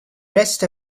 rest